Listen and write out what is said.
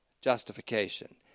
justification